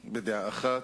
ארץ.